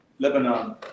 Lebanon